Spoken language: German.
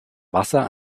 wasser